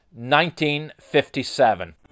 1957